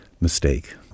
mistake